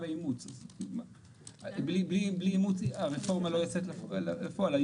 בלי אימוץ הרפורמה לא יוצאת לפועל.